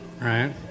Right